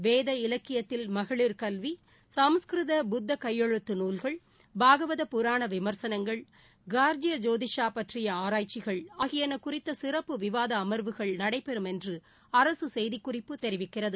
வேத இலக்கியத்தில் மகளிர் கல்வி சமஸ்கிருத புத்த கையெழுத்து நூல்கள் பாகவத புராண விமர்சனங்கள் கார்ஜிய ஜோதிசா பற்றிய ஆராய்ச்சிகள் ஆகியன குறித்த சிறப்பு விவாத அம்வுகள் நடைபெறும் என்று அரசு செய்தி குறிப்பு தெரிவிக்கிறது